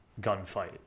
gunfight